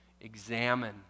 examine